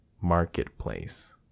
marketplace